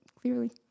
clearly